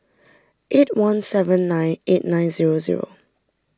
eight one seven nine eight nine zero zero